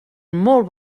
molt